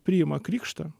priima krikštą